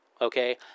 Okay